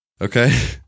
Okay